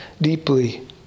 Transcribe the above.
deeply